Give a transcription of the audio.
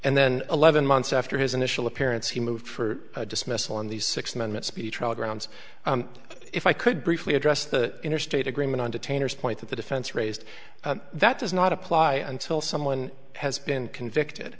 and then eleven months after his initial appearance he moved for dismissal on the sixth amendment speedy trial grounds if i could briefly address the interstate agreement on detainers point that the defense raised that does not apply until someone has been convicted